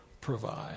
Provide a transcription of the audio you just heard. provide